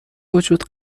وجود